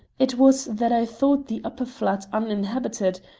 it was that i thought the upper flat uninhabited,